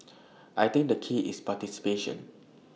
I think the key is participation